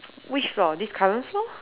which floor this current floor